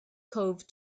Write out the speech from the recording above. cove